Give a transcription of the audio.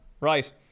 Right